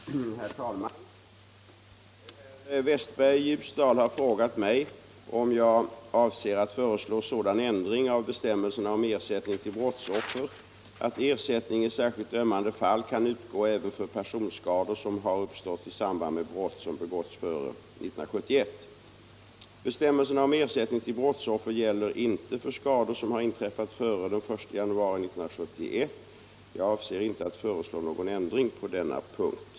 förde: Herr talman! Herr Westberg i Ljusdal har frågat mig om jag avser att föreslå sådan ändring av bestämmelserna om ersättning till brottsoffer 147 att ersättning i särskilt ömmande fall kan utgå även för personskador som har uppstått i samband med brott som begåtts före 1971. Bestämmelserna om ersättning till brottsoffer gäller inte för skador som har inträffat före den 1 januari 1971. Jag avser inte att föreslå någon ändring på denna punkt.